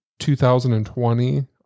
2020